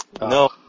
No